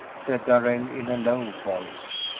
said darrell, in a low voice.